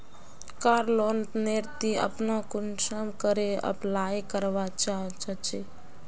कार loan नेर ती अपना कुंसम करे अप्लाई करवा चाँ चची?